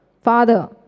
Father